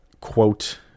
quote